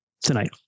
tonight